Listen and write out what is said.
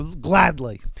Gladly